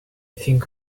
think